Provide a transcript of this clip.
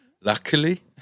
luckily